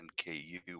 NKU